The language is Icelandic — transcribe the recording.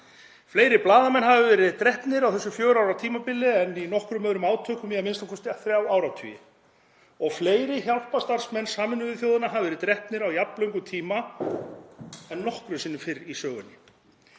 Fleiri blaðamenn hafi verið drepnir á þessu fjögurra ára tímabili en í nokkrum öðrum átökum í a.m.k. þrjá áratugi og fleiri hjálparstarfsmenn Sameinuðu þjóðanna hafa verið drepnir á jafn löngum tíma en nokkru sinni fyrr í sögunni.